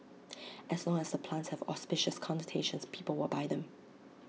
as long as the plants have auspicious connotations people will buy them